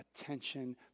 attention